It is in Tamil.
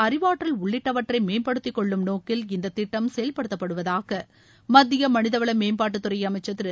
அறிவாற்றால் உள்ளிட்டவற்றை மேம்படுத்திக்கொள்ளும் நோக்கில் இந்த திட்டம் செயல்படுத்தப்படுவதாக மத்திய மனிதவள மேம்பாட்டுத்துறை அமைச்சர் திரு